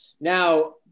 now